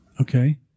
Okay